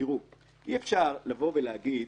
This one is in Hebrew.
אי אפשר להגיד